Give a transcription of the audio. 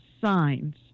signs